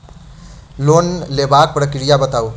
Loan लेबाक प्रक्रिया बताऊ?